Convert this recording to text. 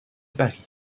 paris